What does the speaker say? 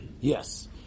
Yes